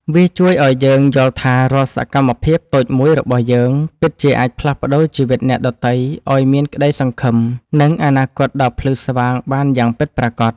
វាជួយឱ្យយើងយល់ថារាល់សកម្មភាពតូចមួយរបស់យើង ពិតជាអាចផ្លាស់ប្តូរជីវិតអ្នកដទៃឱ្យមានក្ដីសង្ឃឹម និងអនាគតដ៏ភ្លឺស្វាងបានយ៉ាងពិតប្រាកដ។